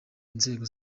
nzego